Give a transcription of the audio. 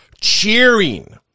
cheering